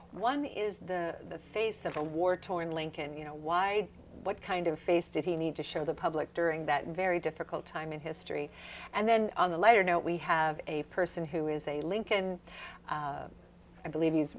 one is the face of a war torn lincoln you know why what kind of face did he need to show the public during that very difficult time in history and then on the lighter note we have a person who is a lincoln i believe